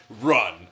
Run